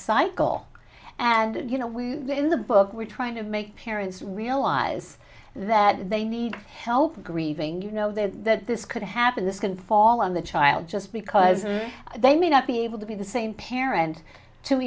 cycle and you know we in the book we're trying to make parents realize that they need help grieving you know that this could happen this can fall on the child just because they may not be able to be the same parent to